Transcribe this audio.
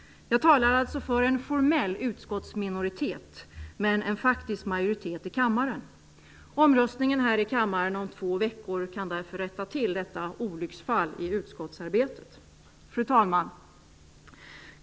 Jag talar alltså för en formell utskottsminoritet men en faktisk majoritet i kammaren. Omröstningen här i kammaren om två veckor kan därför rätta till detta olycksfall i utskottsarbetet. Fru talman!